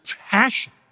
passion